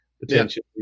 potentially